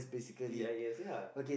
T I E S ya